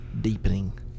deepening